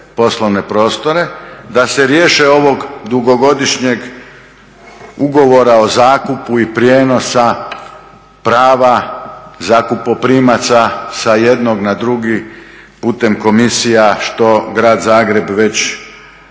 da se riješe ovog dugogodišnjeg ugovora o zakupu i prijenosa prava zakupoprimaca sa jednog na drugi putem komisija što Grad Zagreb već desecima